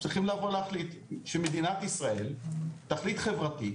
צריכים להחליט שמדינת ישראל תחליט חברתית